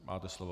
Máte slovo.